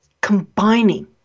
combining